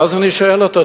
ואז אני שואל אותו,